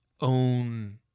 own